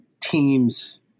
teams